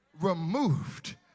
removed